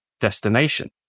destination